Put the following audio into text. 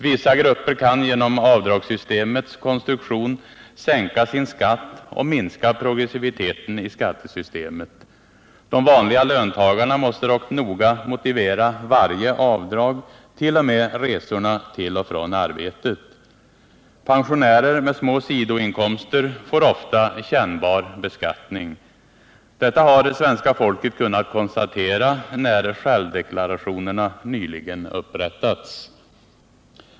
Vissa grupper kan genom avdragssystemets konstruktion sänka sin skatt och minska progressiviteten i skattesystemet. De vanliga löntagarna måste dock motivera varje avdrag, t.o.m. resorna till och från arbetet. Pensionärer med små sidoinkomster får ofta kännbar beskattning. Detta har svenska folket kunna konstatera, när självdeklarationerna nyligen upprättats.